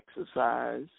exercise